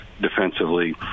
defensively